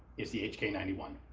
it's the h k nine one.